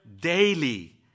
daily